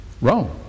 Rome